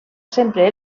sempre